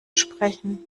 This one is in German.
sprechen